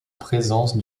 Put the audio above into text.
présence